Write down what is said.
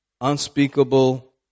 unspeakable